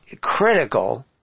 critical